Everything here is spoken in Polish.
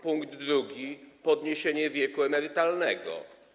Punkt drugi: podniesienie wieku emerytalnego.